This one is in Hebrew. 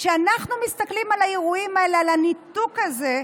כשאנחנו מסתכלים על האירועים האלה, על הניתוק הזה,